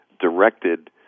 directed